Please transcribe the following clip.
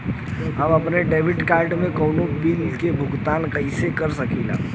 हम अपने debit card से कउनो बिल के भुगतान कइसे कर सकीला?